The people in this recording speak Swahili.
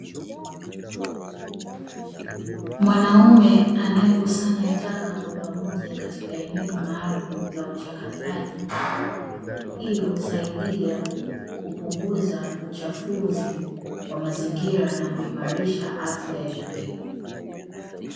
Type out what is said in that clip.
Mwanaume anayekusanya taka kwa pamoja katika eneo maalumu la uchakataji, hii husaidia kupunguza uchafuzi wa mazingira na kuimarisha afya ya jamii.